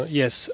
yes